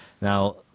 Now